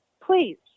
please